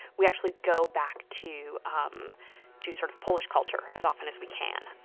we actually go back to um to sort of polish culture as often as we can.